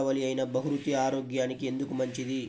దేశవాలి అయినా బహ్రూతి ఆరోగ్యానికి ఎందుకు మంచిది?